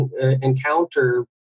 encounter